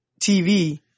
TV